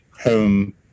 home